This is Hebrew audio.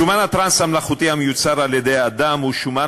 שומן הטראנס המלאכותי המיוצר על-ידי האדם הוא שומן